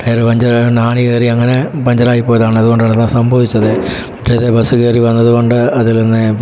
tyre puncture ആയതുകൊണ്ട് ആണി കയറി അങ്ങനെ പഞ്ചർ ആയിപ്പോയതാണ് അതുകൊണ്ടാണ് ഇതെല്ലാം സംഭവിച്ചത് മറ്റേത് ബസ്സിൽ കയറി വന്നതുകൊണ്ട് അതിൽ നിന്ന്